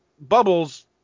bubbles